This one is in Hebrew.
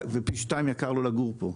ופי שניים יקר לו לגור פה.